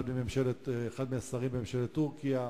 אחד מהשרים בממשלת טורקיה,